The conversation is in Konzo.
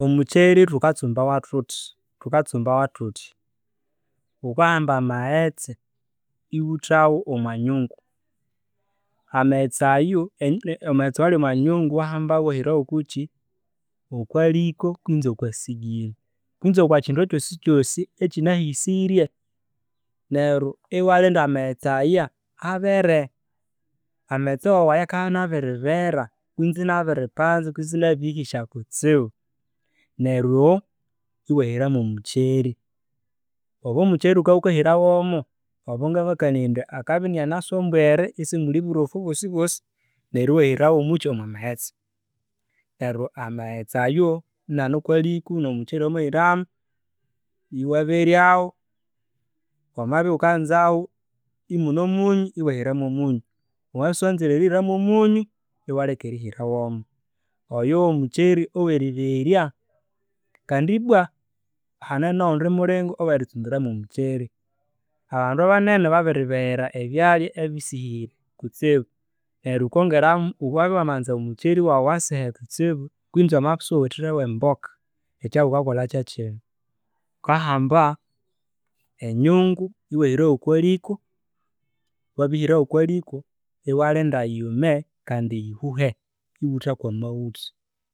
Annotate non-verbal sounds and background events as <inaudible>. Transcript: Omucheri thukatsumbawo thuthi? Thukatsumbawo thuthya, ghukahamba amaghetse iwithawo omwa nyungu, amaghetse ayo, amaghetse awali omwa nyungu iwahmabo iwahirawa omukyi, okwaliko kwinzi okwa sigiri. Kwinzi okwa kwinzi okwa kindu kyosikyosi ekine hisirye. Neryo iwalinda amaghetse aya <hesitation> yume kandi yihuhbere. Amaghetse wawu aya akabya abiri bera kwisi abiri panza kwisi erihisy kutsibu, iwa hira mwo mucheri. Obwo omucheri ghukabya ghukahirawomo obo ngalengekanaya indi akabya iniane henirye isimuli burofu bwosibwosineryo iwahira wo mukyi, wamwa maghetse. Neryo amaghetse ayo inane okwaliko no mucheri owawamahiramo, wamabya ighukanzawo immune omunyu, iwa hira mwo munyu. Wamabya isiwanzire erihira mwo munyu iwaleka erihira womo. Oyo wo mucheri eweri berya. Kandi ibwa, hane noghundi mulingo oweritsumbira mwo mucheri. Abandu banene babiribeghera ebyalhya ebisishiri kutsibu neryo ghukongeramo, ghukabya wamanza ghuthi omucheri waghu asihe kutsibu kwinzi wamabya isighuwithire we mboka, ekya ghukakolha kyekinu, ghukahamba enyungu iwahirayo okwaliko, wabirihirayo okwaliko iwalinda yume kandi yihuhe ighutha kwa maghutha.